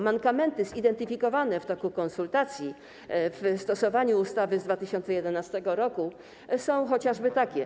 Mankamenty zidentyfikowane w toku konsultacji w stosowaniu ustawy z 2011 r. są chociażby następujące.